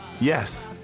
Yes